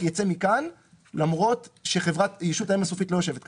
ייצא מכאן למרות שישות האם הסופית לא יושבת כאן.